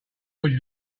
would